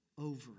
over